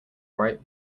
bright